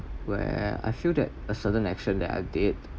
where I feel that a certain action that I did